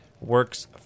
Works